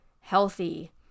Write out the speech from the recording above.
healthy